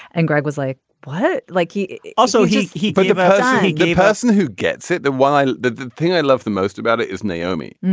and greg was like well but like he also he he spoke about the person who gets it why. the the thing i love the most about it is naomi.